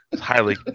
Highly